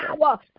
power